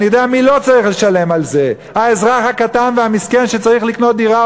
אני יודע מי לא צריך לשלם על זה: האזרח הקטן והמסכן שצריך לקנות דירה,